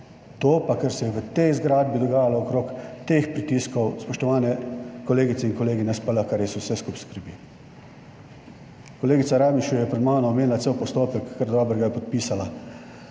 To pa kar se je v tej zgradbi dogajalo okrog, glede teh pritiskov, spoštovane kolegice in kolegi, nas pa lahko res vse skupaj skrbi. Kolegica Rajbenšu je pred mano omenila cel postopek, kar dobro ga je opisala.